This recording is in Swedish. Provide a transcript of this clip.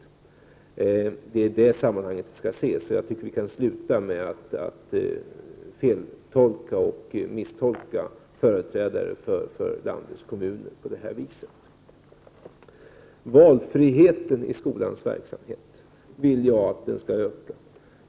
Det är i det sammanhanget frågan skall ses, och jag tycker att vi skall sluta med att feltolka företrädaren för landets kommuner på det här viset. Valfriheten i skolans verksamhet vill jag skall öka.